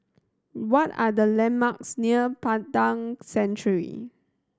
what are the landmarks near Padang Century